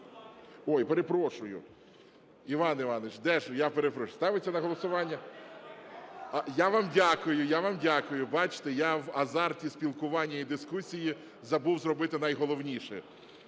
Ой, перепрошую, Іван Іванович, я перепрошую. Ставиться на голосування. Я вам дякую, я вам дякую. Бачите, я в азарті спілкування і в дискусії забув зробити найголовніше.